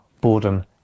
boredom